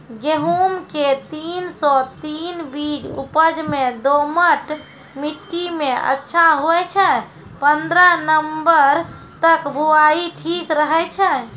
गेहूँम के तीन सौ तीन बीज उपज मे दोमट मिट्टी मे अच्छा होय छै, पन्द्रह नवंबर तक बुआई ठीक रहै छै